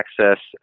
access